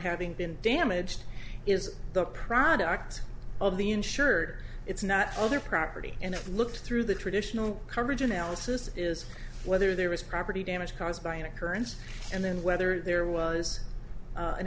having been damaged is the product of the insured it's not all their property and i looked through the traditional coverage analysis is whether there was property damage caused by an occurrence and whether there was